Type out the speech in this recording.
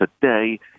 today